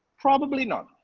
probably not.